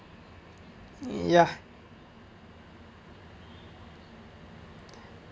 ya